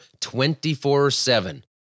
24/7